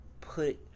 put